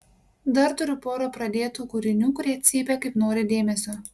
dar turiu porą pradėtų kūrinių kurie cypia kaip nori dėmesio